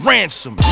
Ransom